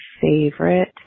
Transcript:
favorite